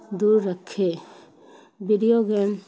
دور رکھے video game